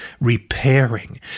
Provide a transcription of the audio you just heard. repairing